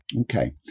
Okay